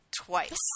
Twice